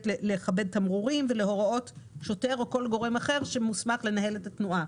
לכבד תמרורים ולהוראות שוטר או כל גורם אחר שמוסמך לנהל את התנועה.